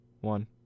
one